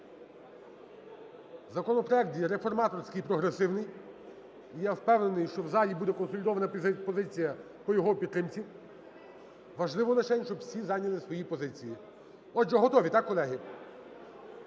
Законопроект є реформаторський і прогресивний, і я впевнений, що в залі буде консолідована позиція по його підтримці. Важливо лишень, щоб всі зайняли свої позиції. Отже готові – так, колеги?